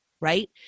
right